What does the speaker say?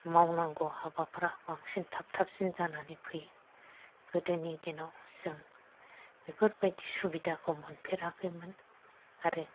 मावनांगौ हाबाफ्रा बांसिन थाबा थाबसिन जानानै फैयो गोदोनि दिनाव जों बेफोरबादि सुबिदाखौ मोनफेराखैमोन आरो